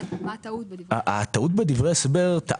מה הטעות בברי ההסבר?